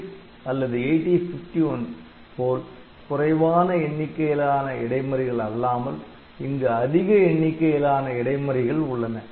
8086 அல்லது 8051 போல் குறைவான எண்ணிக்கையிலான இடைமறிகள் அல்லாமல் இங்கு அதிக எண்ணிக்கையிலான இடைமறிகள் உள்ளன